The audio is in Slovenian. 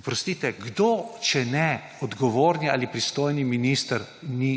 Oprostite, kdo, če ne odgovorni ali pristojni minister, ni